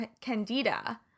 candida